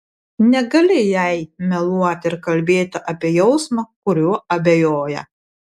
negali jai meluoti ir kalbėti apie jausmą kuriuo abejoja